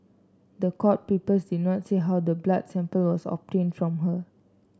the court papers did not say how the blood sample was obtained from her